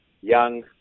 young